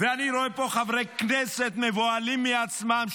אני רואה פה חברי כנסת מבוהלים מעצמם,